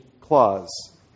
clause